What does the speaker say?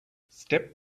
step